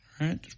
right